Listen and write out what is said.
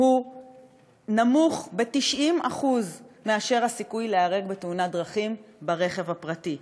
נמוך ב-90% מהסיכוי להיהרג בתאונת דרכים ברכב הפרטי,